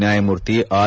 ನ್ಯಾಯಮೂರ್ತಿ ಆರ್